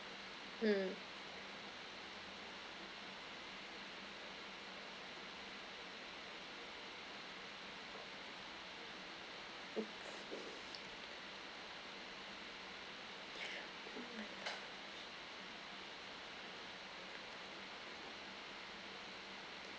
mm oh